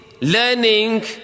learning